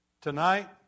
Tonight